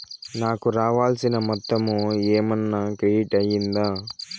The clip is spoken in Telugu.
నాకు రావాల్సిన మొత్తము ఏమన్నా క్రెడిట్ అయ్యిందా